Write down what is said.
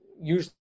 usually